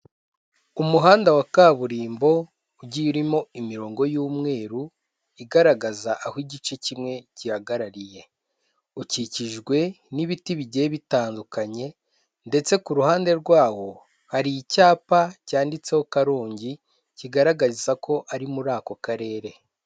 Umuhanda wa kaburimbo ugiye urimo imirongo y'umweru, igaragaza aho igice kimwe gihagarariye. Ukikijwe n'ibiti bigiye bitandukanye ndetse ku ruhande rwawo hari icyapa cyanditseho Karongi, kigaragaza ko ari muri ako Karere.